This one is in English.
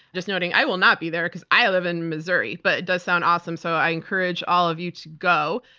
just noting. i will not be there, because i live in missouri, but it does sound awesome, so i encourage all of you to go.